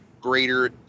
greater